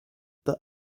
that